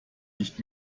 nicht